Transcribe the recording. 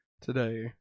today